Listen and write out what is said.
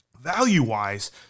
Value-wise